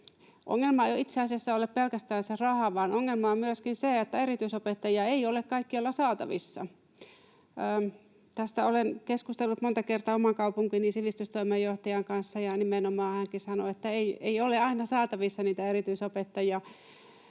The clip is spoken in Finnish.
Ongelma ei itse asiassa ole pelkästään se raha, vaan ongelma on myöskin se, että erityisopettajia ei ole kaikkialla saatavissa. Tästä olen keskustellut monta kertaa oman kaupunkini sivistystoimenjohtajan kanssa, ja nimenomaan hänkin sanoo, että ei ole aina saatavissa niitä erityisopettajia.